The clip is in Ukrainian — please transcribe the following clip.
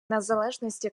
незалежності